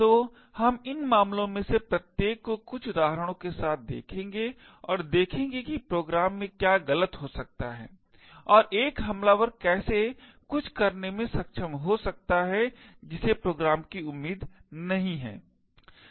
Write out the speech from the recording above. तो हम इन मामलों में से प्रत्येक को कुछ उदाहरणों के साथ देखेंगे और देखेंगे कि प्रोग्राम में क्या गलत हो सकता है और एक हमलावर कैसे कुछ करने में सक्षम हो सकता है जिसे प्रोग्राम को उम्मीद नहीं है